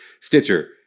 stitcher